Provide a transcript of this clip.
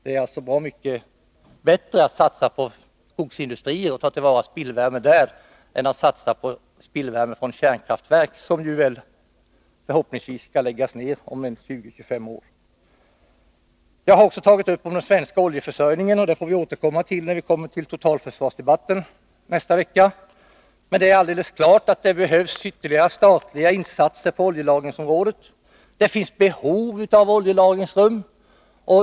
Det är bra mycket bättre att satsa på att ta till vara spillvärme från skogsindustrin än spillvärme från kärnkraftverk, som förhoppningsvis skall läggas ned om 20-25 år. Jag har också tagit upp frågan om den svenska oljeförsörjningen. Den får vi återkomma till i totalförsvarsdebatten nästa vecka. Men det är alldeles klart att det behövs ytterligare statliga insatser på oljelagringsområdet. Det finns behov av oljelagringsrum.